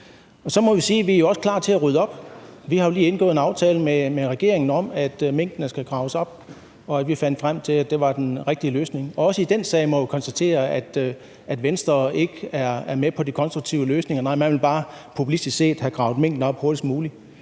at vi også er klar til at rydde op. Vi har jo lige indgået en aftale med regeringen om, at minkene skal graves op. Vi fandt frem til, at det var den rigtige løsning. Også i den sag må vi konstatere, at Venstre ikke er med på de konstruktive løsninger, men at man bare populistisk set vil have gravet minkene op hurtigst muligt.